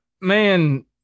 Man